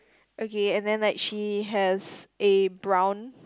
okay and then like she has a brown